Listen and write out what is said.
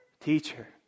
Teacher